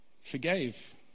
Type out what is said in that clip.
forgave